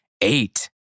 Eight